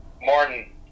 Martin